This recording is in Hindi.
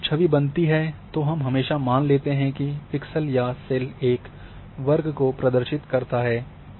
लेकिन जब छवि बनती है तो हम हमेशा मान लेते हैं कि पिक्सेल या सेल एक वर्ग को प्रदर्शित करता है